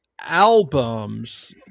albums